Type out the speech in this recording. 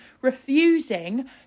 refusing